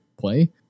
play